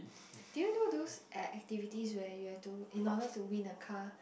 do you know those act~ activities where you have to in order to win a car